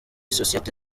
sosiyete